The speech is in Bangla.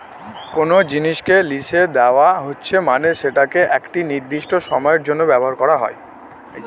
কোনো জিনিসকে লিসে দেওয়া হচ্ছে মানে সেটাকে একটি নির্দিষ্ট সময়ের জন্য ব্যবহার করা